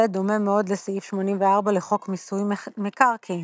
דומה מאוד לסעיף 84 לחוק מיסוי מקרקעין.